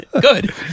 Good